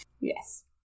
Yes